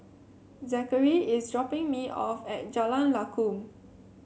Zakary is dropping me off at Jalan Lakum